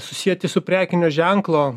susieti su prekinio ženklo